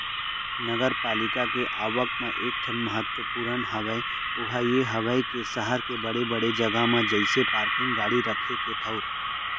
नगरपालिका के आवक म एक ठन महत्वपूर्न हवय ओहा ये हवय के सहर के बड़े बड़े जगा म जइसे पारकिंग गाड़ी रखे के ठऊर